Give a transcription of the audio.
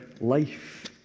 life